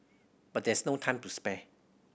but there is no time to spare